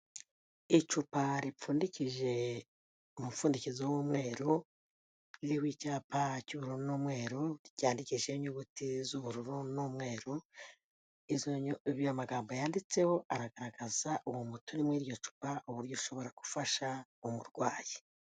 Icupa ripfundikije umupfundikozo w'umweru, ririho icyapa cy'ubururu n'umweru, ryandikishijeho inyuguti z'ubururu n'umweru, amagambo yanditseho aragaragaza uwo muti uri muri iryo cupa, uburyo ushobora gufasha umurwayi.